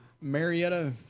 Marietta